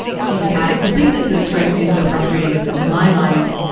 he's an addict. the thing that, that strikes me as so frustrating is that, to my mind,